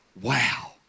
Wow